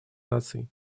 наций